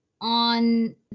on